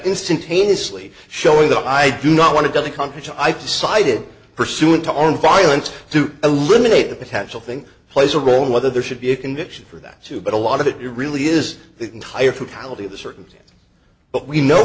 instantaneously showing that i do not want to go to congress i decided pursuant to own violence to eliminate a potential thing plays a role in whether there should be a conviction for that too but a lot of it really is the entire fatality of the circumstance but we know